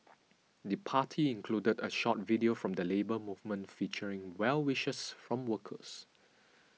the party included a short video from the Labour Movement featuring well wishes from workers